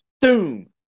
Boom